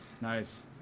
Nice